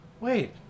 Wait